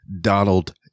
Donald